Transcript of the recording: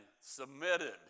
submitted